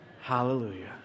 hallelujah